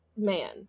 Man